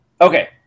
Okay